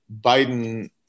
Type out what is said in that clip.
biden